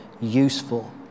useful